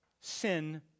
sin